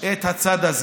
את הצד הזה,